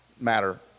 Matter